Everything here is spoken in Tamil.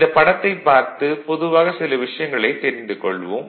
இந்தப் படத்தைப் பார்த்து பொதுவாக சில விஷயங்களைத் தெரிந்து கொள்வோம்